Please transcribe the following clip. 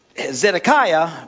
Zedekiah